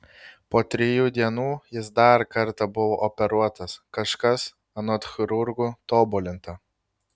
po trijų dienų jis dar kartą buvo operuotas kažkas anot chirurgų tobulinta